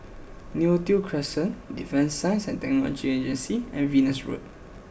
Neo Tiew Crescent Defence Science and Technology Agency and Venus Road